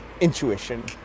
intuition